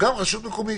גם רשות מקומית.